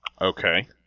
Okay